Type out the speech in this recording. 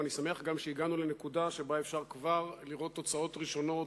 ואני גם שמח שהגענו לנקודה שבה כבר אפשר לראות תוצאות ראשונות